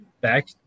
back